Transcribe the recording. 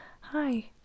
Hi